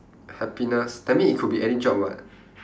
happiness that mean it could be any job [what]